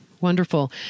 Wonderful